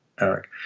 Eric